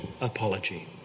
apology